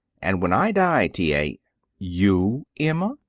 and when i die, t. a you, emma!